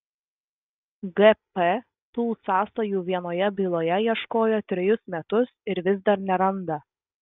gp tų sąsajų vienoje byloje ieškojo trejus metus ir vis dar neranda